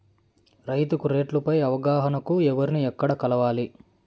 రైతుకు రేట్లు పై అవగాహనకు ఎవర్ని ఎక్కడ కలవాలి?